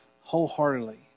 wholeheartedly